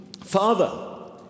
father